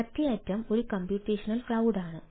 മറ്റേ അറ്റം ഒരു കമ്പ്യൂട്ടേഷണൽ ക്ലൌഡ് ആണ്